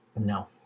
no